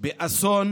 אסון